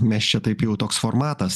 mes čia taip jau toks formatas